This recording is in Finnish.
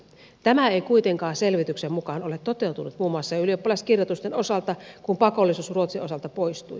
tämä ei kuitenkaan selvityksen mukaan ole toteutunut muun muassa ylioppilaskirjoitusten osalta kun pakollisuus ruotsin osalta poistui